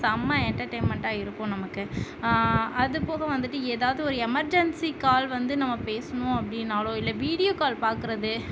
செம என்டர்டைன்மெண்ட்டாக இருக்கும் நமக்கு அது போக வந்துட்டு ஏதாவது ஒரு எமர்ஜென்சி கால் வந்து நம்ம பேசணும் அப்படின்னாலோ இல்லை வீடியோ கால் பார்க்குறது